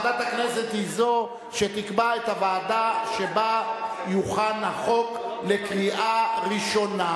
ועדת הכנסת היא שתקבע את הוועדה שבה יוכן החוק לקריאה ראשונה.